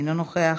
אינו נוכח,